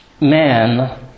man